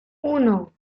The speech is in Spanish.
uno